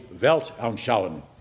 Weltanschauung